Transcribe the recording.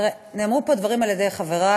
תראה, נאמרו פה דברים על ידי חברי,